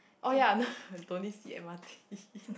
oh ya no don't need sit m_r_t